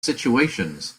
situations